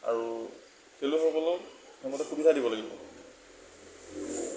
আৰু খেলুৱৈসকলক সেইমতে সুবিধা দিব লাগিব